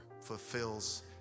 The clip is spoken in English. fulfills